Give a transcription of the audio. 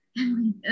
Emily